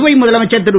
புதுவை முதலமைச்சர் திரு